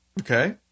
Okay